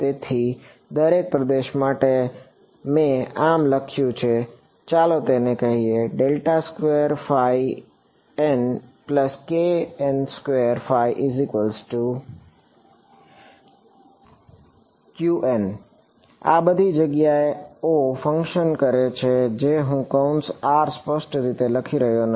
તેથી દરેક પ્રદેશ માટે મેં આમ લખ્યું છે ચાલો તેને કહી એ આ બધી જગ્યાઓ ફંક્શન કરે છે જે હું કૌંસ r સ્પષ્ટ રીતે લખી રહ્યો નથી